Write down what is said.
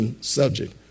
subject